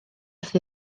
wrth